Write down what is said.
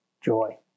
joy